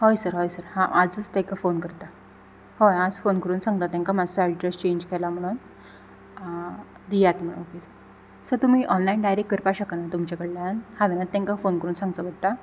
हय सर हय सर हांव आजच तेंका फोन करता हय आज फोन करून सांगता तेंकां मात्सो एड्रॅस चेंज केला म्हणून दियात म्हण ओके सर सर तुमी ऑनलायन डायरेक्ट करपा शकना तुमचे कडल्यान हांवेंनूच तांकां फोन करून सांगचो पडटा